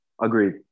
Agreed